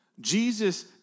Jesus